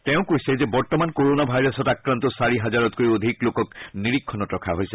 তেওঁ কৈছে যে বৰ্তমান কৰণা ভাইৰাছত আক্ৰান্ত চাৰি হাজাৰতকৈও অধিক লোকক নিৰীক্ষণত ৰখা হৈছে